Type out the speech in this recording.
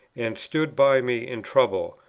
and stood by me in trouble,